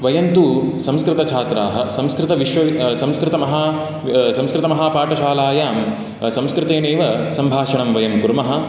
वयं तु संस्कृतच्छात्राः संस्कृतविश्व संस्कृतमहा संस्कृतमहापाठशालायां संस्कृतेनैव सम्भाषणं वयं कुर्मः